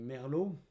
Merlot